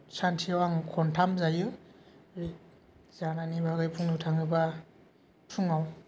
सानसेयाव आं खनथाम जायो जानायनि बागै बुंनो थाङोबा फुङाव